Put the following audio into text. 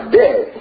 dead